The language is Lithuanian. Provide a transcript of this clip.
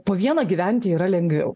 po vieną gyventi yra lengviau